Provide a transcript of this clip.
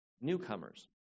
newcomers